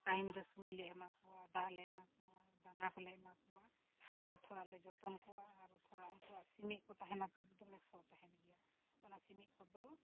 time ᱨᱮ ᱥᱩᱭ ᱞᱮ ᱮᱢᱟ ᱠᱚᱣᱟ ᱫᱟᱜ ᱞᱮ ᱮᱢᱟ ᱠᱚᱣᱟ ᱫᱟᱱᱟ ᱠᱚᱞᱮ ᱮᱢᱟ ᱠᱚᱣᱟ ᱟᱨ ᱛᱷᱚᱲᱟ ᱞᱮ ᱡᱚᱛᱚᱱ ᱠᱚᱣᱟ ᱟᱨ ᱛᱷᱚᱲᱟ ᱩᱱᱠᱩᱣᱟᱜ ᱥᱤᱢᱤᱡ ᱠᱚ ᱛᱟᱦᱮᱱᱟ ᱛᱚ ᱫᱚᱢᱮ ᱥᱚ ᱛᱟᱦᱮᱱ ᱜᱮᱭᱟ ᱚᱱᱟ ᱥᱤᱢᱤᱡ ᱠᱚᱫᱚ